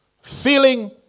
Feeling